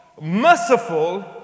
merciful